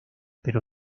pero